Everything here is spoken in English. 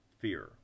fear